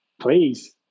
please